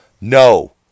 No